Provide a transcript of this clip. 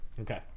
Okay